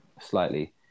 slightly